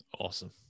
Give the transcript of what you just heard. Awesome